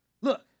look